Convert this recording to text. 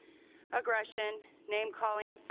aggression, name calling,